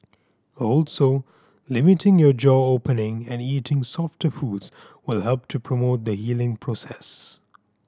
also limiting your jaw opening and eating softer foods will help to promote the healing process